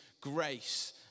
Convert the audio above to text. grace